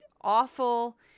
awful